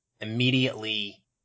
immediately